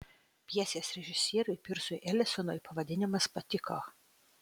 pjesės režisieriui pirsui elisonui pavadinimas patiko